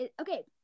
Okay